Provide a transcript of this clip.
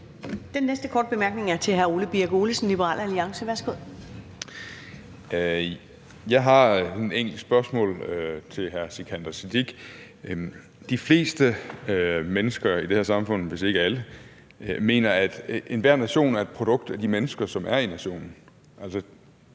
Den næste korte bemærkning er til hr. Ole Birk Olesen, Liberal Alliance. Værsgo. Kl. 14:28 Ole Birk Olesen (LA): Jeg har et enkelt spørgsmål til hr. Sikandar Siddique. De fleste mennesker i det her samfund, hvis ikke alle, mener, at enhver nation er et produkt af de mennesker, som er i nationen.